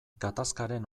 gatazkaren